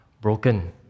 broken